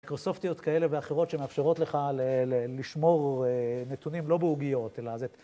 מיקרוסופטיות כאלה ואחרות שמאפשרות לך לשמור נתונים לא בעוגיות, אלא זה...